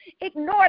ignore